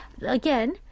again